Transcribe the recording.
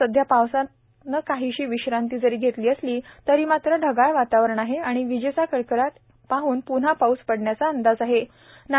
सध्या पावसाने काहीशी विश्रांती जरी घेतली असली तरी मात्र ढगाळ वातावरण आणि विजेचा कळकळात पाहता प्न्हा पाऊस पडण्याचा अंदाज दिसून येत आहेत